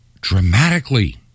dramatically